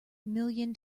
million